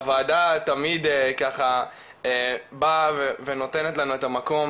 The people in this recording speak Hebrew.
הוועדה תמיד באה ונותנת לנו את המקום,